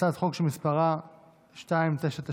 הצעת חוק שמספרה 2997,